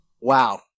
wow